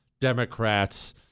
Democrats